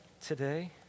today